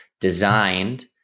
designed